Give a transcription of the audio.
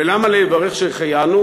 ולמה לי לברך שהחיינו,